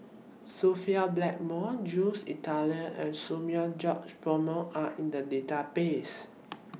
Sophia Blackmore Jules Itier and Samuel George Bonham Are in The Database